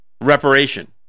reparation